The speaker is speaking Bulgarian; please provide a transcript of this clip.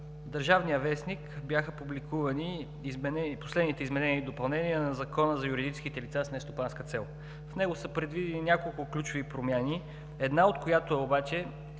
„Държавен вестник“ бяха публикувани последните изменения и допълнения на Закона за юридическите лица с нестопанска цел. В него са предвидени няколко ключови промени, за една от които се отнася